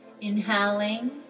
Inhaling